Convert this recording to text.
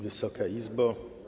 Wysoka Izbo!